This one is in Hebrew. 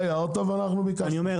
אתה הערת ואנחנו נדבר על זה בעוד שבועיים.